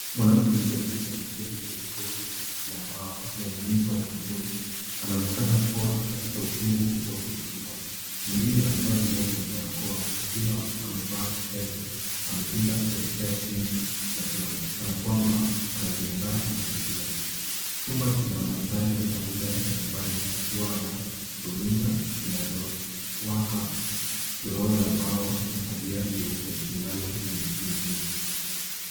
Mwanamke mjamzito ameketi kwenye kochi la mbao lenye mito ya buluu. Anaonekana kuwa katika uchungu wa kujifungua. Mwingine amevalia glovu na barakoa akiwa amevaa kitenge. Amepinda kuelekea chini kana kwamba anajiandaa kumsaidia. Chumba kina mandhari ya kawaida ya nyumbani kikiwa na runinga inayowaka, drawer ya mbao na pazia jeupe linaloning'inia.